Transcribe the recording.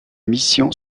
mission